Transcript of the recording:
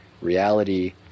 reality